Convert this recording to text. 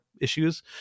issues